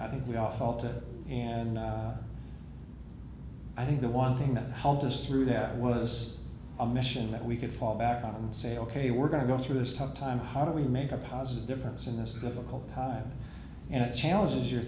i think we all felt it and i think the one thing that helped us through that was a mission that we could fall back on and say ok we're going to go through this tough time how do we make a positive difference in this difficult time and it challenges you